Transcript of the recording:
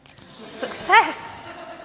Success